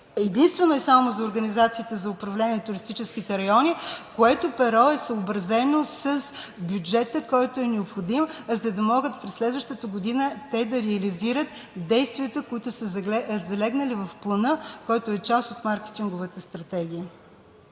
единствено и само за организациите за управление на туристическите райони, което перо е съобразено с бюджета, който е необходим, за да могат през следващата година те да реализират действията, които са залегнали в Плана, който е част от Маркетинговата стратегия.